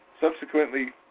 subsequently